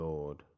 Lord